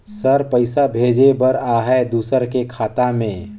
Sir पइसा भेजे बर आहाय दुसर के खाता मे?